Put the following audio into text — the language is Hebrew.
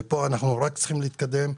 מכאן אנחנו צריכים להתקדם.